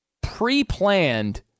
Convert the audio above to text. pre-planned